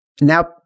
Now